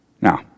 Now